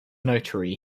notary